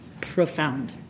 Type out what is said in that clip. profound